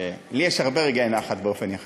לי יש הרבה רגעי נחת באופן יחסי,